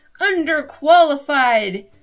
underqualified